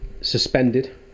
suspended